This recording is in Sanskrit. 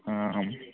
आम् आम्